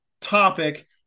topic